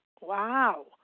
Wow